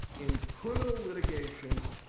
in criminal litigation,